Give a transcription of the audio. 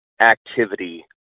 activity